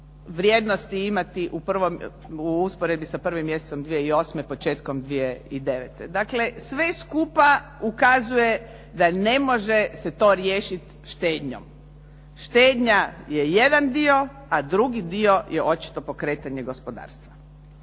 vrijednosti imati u usporedbi sa 1. mjesecom 2008.-početkom 2009. Dakle, sve skupa ukazuje da ne može se to riješit štednjom. Štednja je jedan dio, a drugi dio je očito pokretanje gospodarstva.